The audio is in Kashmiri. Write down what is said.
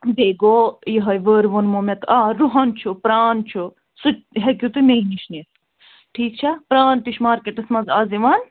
بیٚیہِ گوٚو یِہَے ؤر ووٚنمو مےٚ تو آ روٗہُن چھُ پران چھُ سُہ تہِ ہیٚکِو تُہۍ مے نِش نِتھ ٹھیٖک چھا پران تہِ چھُ مارکٮ۪ٹس منٛز اَز یِوان